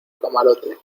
camarote